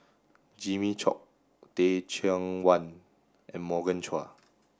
Jimmy Chok Teh Cheang Wan and Morgan Chua